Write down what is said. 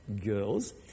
girls